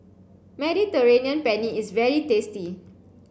Mediterranean Penne is very tasty